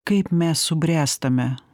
kaip mes subręstame